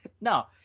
No